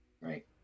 Right